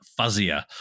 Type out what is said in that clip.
fuzzier